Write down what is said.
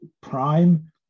prime